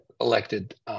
elected